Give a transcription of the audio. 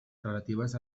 relatives